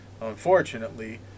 Unfortunately